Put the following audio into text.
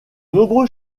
nombreux